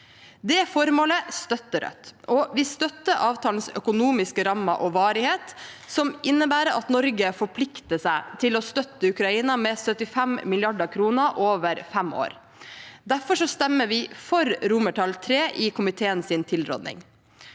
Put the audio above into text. Det formålet støtter Rødt, og vi støtter avtalens økonomiske rammer og varighet, som innebærer at Norge forplikter seg til å støtte Ukraina med 75 mrd. kr over fem år. Derfor stemmer vi for III i komiteens tilråding.